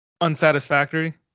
unsatisfactory